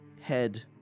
head